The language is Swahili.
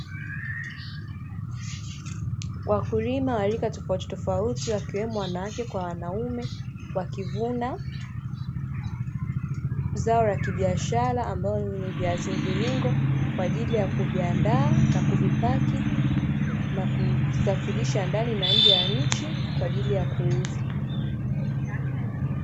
Wakulima wa rika tofautitofauti wakiwemo wanawake kwa wanaume, wakivuna zao la kibiashara ambalo ni viazi mviringo kwa ajili ya kuviandaa na kuvipaki na kusafirisha ndani na nje ya nchi kwa ajili ya kuuza.